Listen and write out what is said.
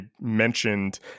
mentioned